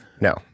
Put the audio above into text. No